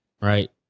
right